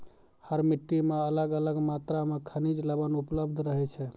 हर मिट्टी मॅ अलग अलग मात्रा मॅ खनिज लवण उपलब्ध रहै छै